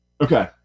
Okay